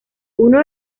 uno